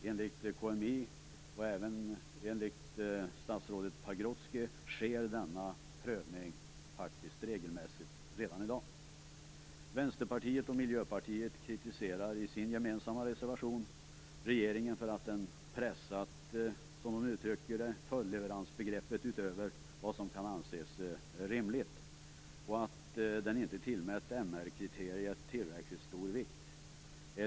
Enligt KMI, och även enligt statsrådet Pagrotsky, sker denna prövning regelmässigt redan i dag. Vänsterpartiet och Miljöpartiet kritiserar i sin gemensamma reservation regeringen för att den pressat, som de uttrycker det, följdleveransbegreppet utöver vad som kan anses rimligt och inte tillmätt MR kriteriet tillräckligt stor vikt.